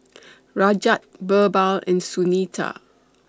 Rajat Birbal and Sunita